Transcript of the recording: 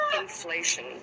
Inflation